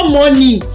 money